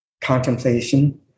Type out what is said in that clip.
contemplation